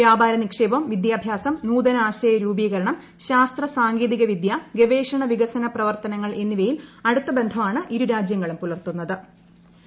വ്യാപാര നിക്ഷേപം വിദ്യാഭ്യാസം നൂതനാശയ രൂപീകരണം ശാസ്ത്ര സാങ്കേതികവിദൃ ഗവേഷണ വികസന പ്രവർത്തനങ്ങൾ എന്നിവയിൽ അടുത്ത ബന്ധമാണ് ഇരു രാജ്യങ്ങളും പുലർത്തുന്നി്തു്